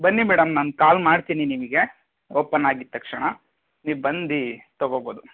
ಬನ್ನಿ ಮೇಡಮ್ ನಾನು ಕಾಲ್ ಮಾಡ್ತೀನಿ ನಿಮಗೆ ಓಪನ್ ಆಗಿದ್ದ ತಕ್ಷಣ ನೀವು ಬಂದು ತೊಗೋಬೋದು